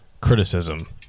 criticism